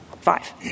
Five